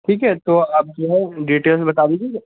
ٹھیک ہے تو اب جو ہے ڈیٹیلس بتا دیجیے